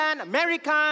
American